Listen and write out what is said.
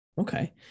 Okay